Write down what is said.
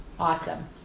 awesome